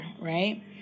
right